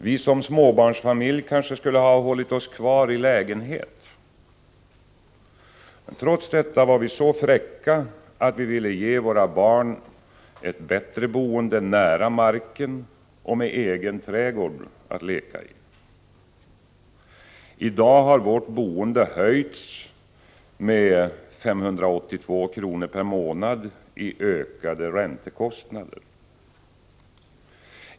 Vi som småbarnsfamilj kanske skulle ha hållit oss kvar i lägenhet? Trots detta var vi så fräcka att vi ville ge våra barn ett bättre boende nära marken och med egen trädgård att leka i. I dag har vårt boende höjts med 582 kr/mån i ökade räntekostnader.